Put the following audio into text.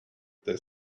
they